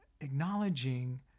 acknowledging